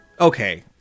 Okay